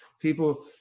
People